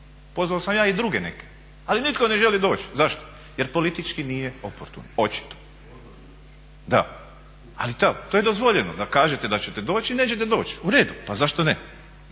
Pozvao sam ja i druge neke, ali nitko ne želi doći. Zašto? Jer politički nije oportuno očito. Ali to je dozvoljeno da kažete da ćete doći, nećete doći. Uredu, pa zašto ne. Kažete